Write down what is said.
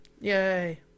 Yay